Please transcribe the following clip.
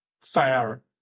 fair